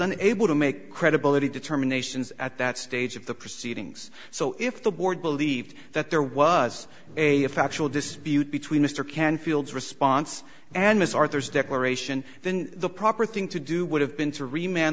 unable to make credibility determinations at that stage of the proceedings so if the board believed that there was a factual dispute between mr canfield response and miss arthur's declaration then the proper thing to do would have been to remain